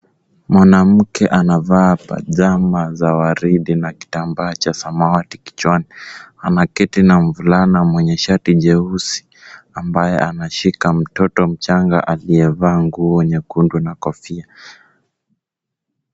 Mwanamke anavaa pajama za waridi na kitambaa cha samawati kichwani. Anaketi na mvulana mwenye shati jeusi ambaye anashika mtoto mchanga aliyevaa nguo nyekundu na kofia.